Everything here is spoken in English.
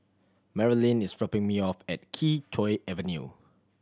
Marylin is dropping me off at Kee Choe Avenue